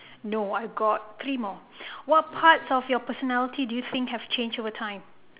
no I got three more what parts of your personality do you think have changed overtime